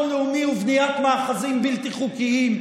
לאומי ובניית מאחזים בלתי חוקיים.